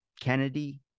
Kennedy